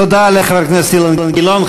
תודה לחבר הכנסת אילן גילאון.